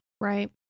Right